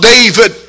David